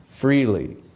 freely